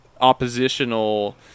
oppositional